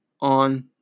on